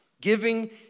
Giving